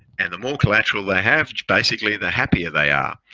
and the more collateral they have, basically the happier they are,